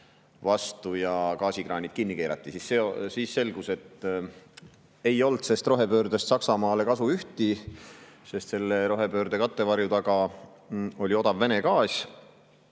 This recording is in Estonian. vastu ja gaasikraanid kinni keerati. Siis selgus, et ei olnud sest rohepöördest Saksamaale kasu ühti, sest selle rohepöörde kattevarjus oli odav Vene gaas.